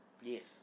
Yes